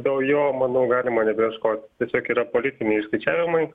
dėl jo manau galima nebeieškot tiesiog yra politiniai išskaičiavimai